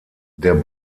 der